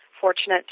fortunate